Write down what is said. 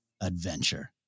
adventure